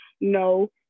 no